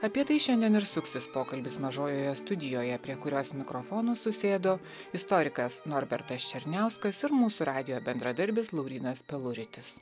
apie tai šiandien ir suksis pokalbis mažojoje studijoje prie kurios mikrofonų susėdo istorikas norbertas černiauskas ir mūsų radijo bendradarbis laurynas peluritis